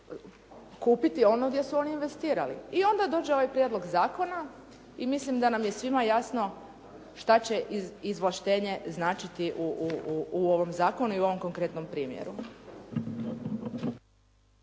kupiti ono gdje su oni investirali i onda dođe ovaj prijedlog zakona, i mislim da nam je svim jasno što će izvlaštenje značiti u ovom zakonu i u ovom konkretnom primjeru.